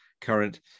current